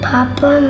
Papa